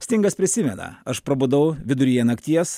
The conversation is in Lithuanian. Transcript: stingas prisimena aš prabudau viduryje nakties